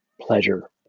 pleasure